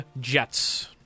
Jets